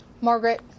Margaret